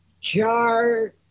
jar